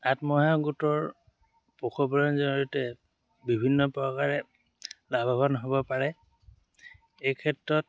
আত্মসহায়ক গোটৰ পশুপালন জৰিয়তে বিভিন্ন প্ৰকাৰে লাভৱান হ'ব পাৰে এই ক্ষেত্ৰত